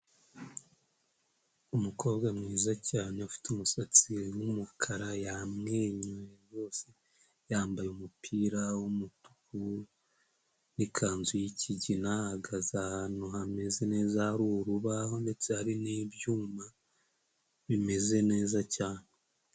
Umukobwa mwiza cyane ufite umusatsi w'umukara yamwenyuye rwose yambaye umupira w'umutuku nikanzu yikigina ahagaze ahantu hameze neza hari urubaho ndetse hari n'ibyuma bimeze neza cyane.